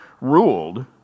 ruled